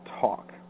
talk